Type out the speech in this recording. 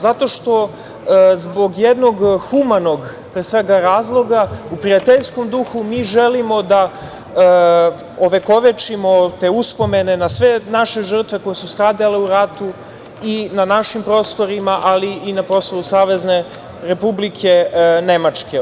Zato što zbog jednog humanog, pre svega, razloga u prijateljskom duhu mi želimo da ovekovečimo te uspomene na sve naše žrtve koje su stradale u ratu, i na našim prostorima i na prostoru Savezne Republike Nemačke.